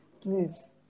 please